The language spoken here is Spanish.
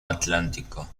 atlántico